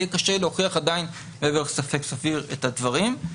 יהיה קשה להוכיח עדיין מעבר לספק סביר את הדברים.